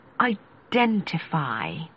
identify